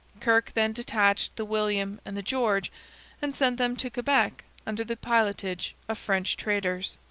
kirke then detached the william and the george and sent them to quebec under the pilotage of french traitors.